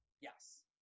Yes